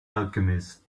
alchemist